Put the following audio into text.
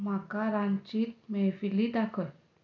म्हाका रांचींत मैफिली दाखय